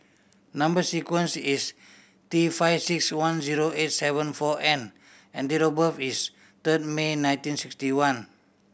number sequence is T five six one zero eight seven four N and date of birth is third May nineteen sixty one